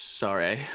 sorry